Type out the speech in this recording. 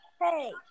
Hey